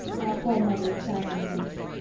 poor mother is sadly grieved.